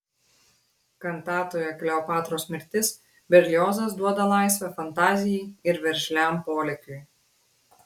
kantatoje kleopatros mirtis berliozas duoda laisvę fantazijai ir veržliam polėkiui